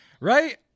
Right